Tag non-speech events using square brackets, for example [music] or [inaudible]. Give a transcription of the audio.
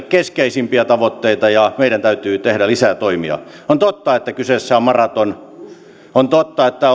[unintelligible] keskeisimpiä tavoitteita ja meidän täytyy tehdä lisää toimia on totta että kyseessä on maraton on totta että [unintelligible]